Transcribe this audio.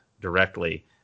directly